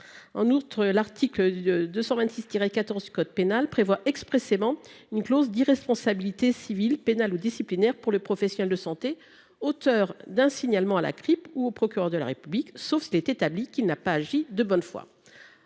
En outre, l’article 226 14 du code pénal prévoit expressément une clause d’irresponsabilité civile, pénale ou disciplinaire pour le professionnel de santé auteur d’un signalement à la Crip ou au procureur de la République, sauf s’il est établi qu’il n’a pas agi de bonne foi.